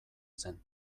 zen